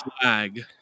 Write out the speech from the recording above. flag